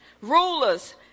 rulers